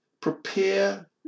Prepare